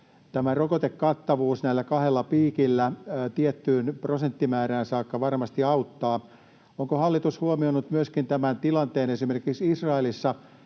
tämä rokotekattavuus näillä kahdella piikillä tiettyyn prosenttimäärään saakka varmasti auttaa. Onko hallitus huomioinut myöskin tilanteen esimerkiksi Israelissa?